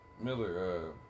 Miller